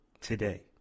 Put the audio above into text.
today